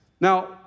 Now